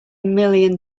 million